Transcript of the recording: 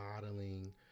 modeling